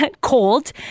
cold